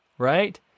Right